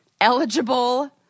eligible